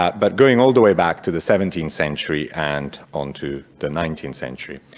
ah but going all the way back to the seventeenth century and onto the nineteenth century.